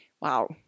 Wow